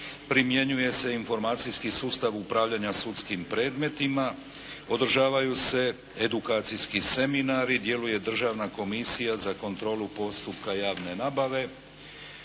primjenjuje se informacijski sustav upravljanja sudskim predmetima, održavaju se edukacijski seminari, djeluje Državna komisija za kontrolu postupka javne nabave,